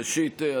ראשית,